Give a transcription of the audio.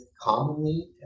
commonly